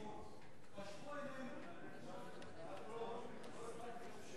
בשעה 18:42.)